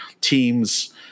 teams